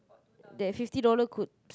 that fifty dollar could